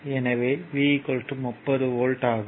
எனவே V 30 volt ஆகும்